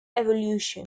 evolution